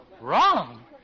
Wrong